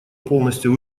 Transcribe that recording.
полностью